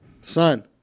Son